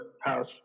house